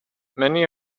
many